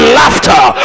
laughter